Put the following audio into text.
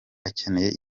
akeneye